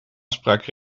afspraak